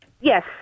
Yes